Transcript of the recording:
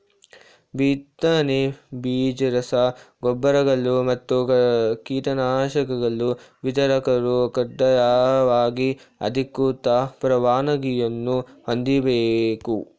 ಬಿತ್ತನೆ ಬೀಜ ರಸ ಗೊಬ್ಬರಗಳು ಮತ್ತು ಕೀಟನಾಶಕಗಳ ವಿತರಕರು ಕಡ್ಡಾಯವಾಗಿ ಅಧಿಕೃತ ಪರವಾನಗಿಯನ್ನೂ ಹೊಂದಿರ್ಬೇಕು